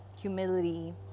humility